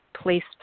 placed